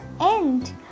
end